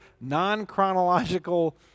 non-chronological